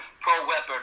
pro-weapon